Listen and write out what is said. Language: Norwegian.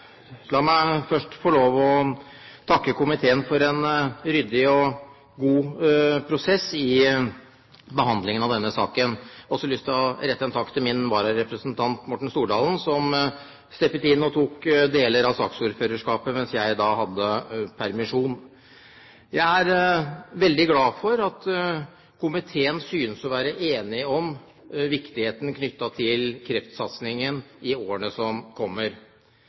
La meg først få takke komiteen for en ryddig og god prosess i behandlingen av denne saken. Jeg har også lyst til å rette en takk til min vararepresentant, Morten Stordalen, som steppet inn og tok deler av saksordførerskapet mens jeg hadde permisjon. Jeg er veldig glad for at komiteen synes å være enig om viktigheten av kreftsatsingen i årene som kommer.